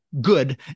good